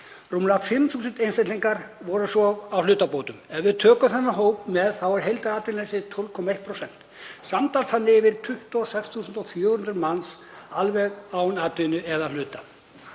Rúmlega 5.000 einstaklingar voru svo á hlutabótum. Ef við tökum þennan hóp með er heildaratvinnuleysi 12,1%. Samtals eru þannig yfir 26.400 manns alveg án atvinnu eða að hluta.